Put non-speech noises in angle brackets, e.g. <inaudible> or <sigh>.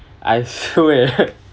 I swear <laughs>